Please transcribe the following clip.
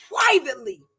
privately